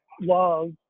love